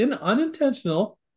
unintentional